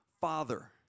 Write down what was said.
father